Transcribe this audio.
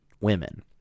women